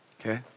Okay